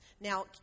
Now